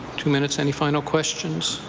two minutes. any final questions.